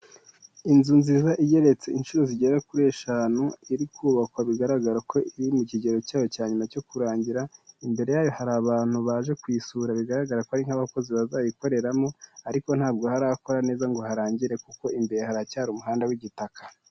Inzu nziza igeretse inshuro zigera kuri eshanu, iri kubakwa bigaragara ko iri mu kigero cyayo cya nyuma cyo kurangira, imbere yayo hari abantu baje kuyisura bigaragara ko ari nk'abakozi bazayikoreramo, ariko ntabwo harakora neza ngo harangire kuko imbere haracyari umuhanda w'igitaka.